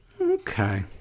Okay